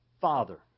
Father